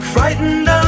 Frightened